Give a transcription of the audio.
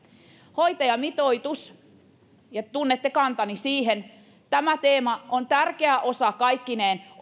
hoitajamitoitus tunnette kantani siihen on tärkeä teema kaikkineen